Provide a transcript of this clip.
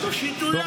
תושיטו יד.